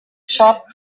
shop